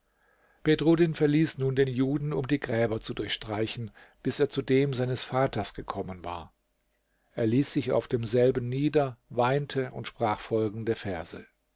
bedruddin verließ nun den juden um die gräber zu durchstreichen bis er zu dem seines vaters gekommen war er ließ sich auf demselben nieder weinte und sprach folgende verse